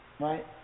right